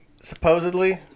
supposedly